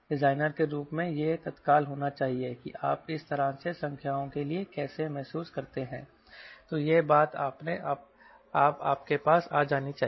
designer के रूप में यह तत्काल होना चाहिए कि आप इस तरह से संख्याओं के लिए कैसा महसूस करते हैं यह बात अपने आप आपके पास आ जानी चाहिए